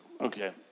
Okay